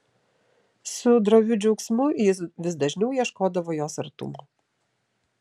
su droviu džiaugsmu jis vis dažniau ieškodavo jos artumo